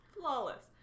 Flawless